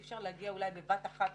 אי אפשר להוריד בבת אחת את